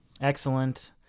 Excellent